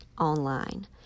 online